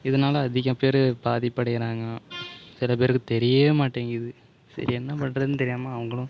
இதனால் அதிக பேர் பாதிப்படைகிறாங்க சில பேருக்கு தெரியவே மாட்டேங்குது சரி என்ன பண்றதுன்னு தெரியாமல் அவங்களும்